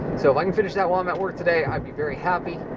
so, if i can finish that while i'm at work today, i'd be very happy.